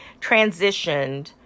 transitioned